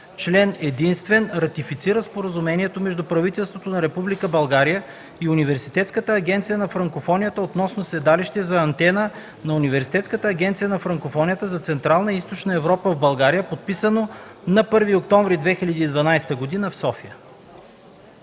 Член единствен. Ратифицира Споразумението между правителството на Република България и Университетската агенция на Франкофонията относно седалище за Антена на Университетската агенция на Франкофонията за Централна и Източна Европа в България, подписано на 1 октомври 2012 г. в София.”